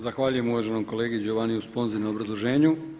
Zahvaljujem uvaženom kolegi Giovanniju Sponzi na obrazloženju.